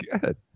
Good